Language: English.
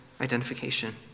identification